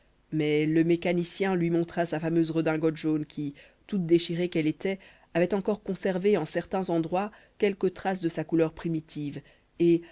mais le mécanicien lui montra sa fameuse redingote jaune qui toute déchirée qu'elle était avait encore conservé en certains endroits quelque trace de sa couleur primitive et